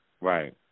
Right